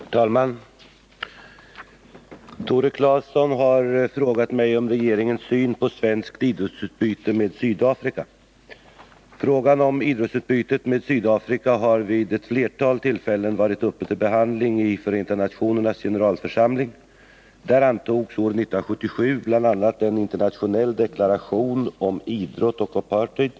Herr talman! Tore Claeson har frågat mig om regeringens syn på svenskt idrottsutbyte med Sydafrika. Frågan om idrottsutbytet med Sydafrika har vid ett flertal tillfällen varit uppe till behandling i Förenta nationernas generalförsamling. Där antogs år 1977 bl.a. en internationell deklaration om idrott och apartheid.